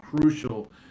crucial